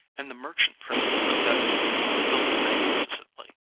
and the merchant princes of that day built magnificently.